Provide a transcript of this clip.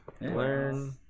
Learn